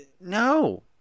no